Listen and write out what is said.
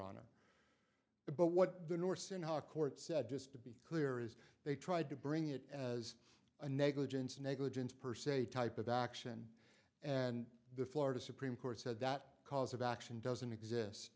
honor but what the norse in higher court said just to be clear is they tried to bring it as a negligence negligence per se type of action and the florida supreme court said that cause of action doesn't exist